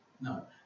No